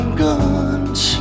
guns